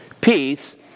Peace